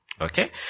Okay